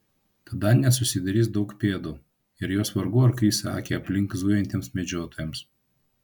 tada nesusidarys daug pėdų ir jos vargu ar kris į akį aplink zujantiems medžiotojams